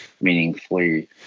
meaningfully